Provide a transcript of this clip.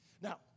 Now